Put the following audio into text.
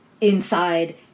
inside